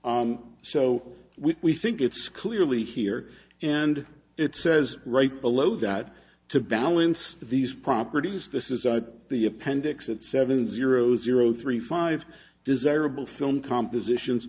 so we think it's clearly here and it says right below that to balance these properties this is the appendix at seven zero zero three five desirable film compositions